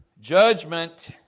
judgment